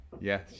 Yes